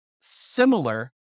similar